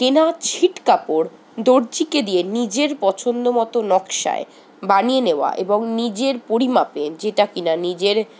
কেনা ছিট কাপড় দর্জিকে দিয়ে নিজের পছন্দ মতো নকশায় বানিয়ে নেওয়া এবং নিজের পরিমাপে যেটা কিনা নিজের